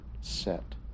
set